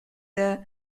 the